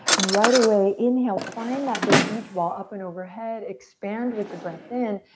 and right away, inhale, find that big beach ball up and overhead. expand with the breath in.